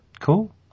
Cool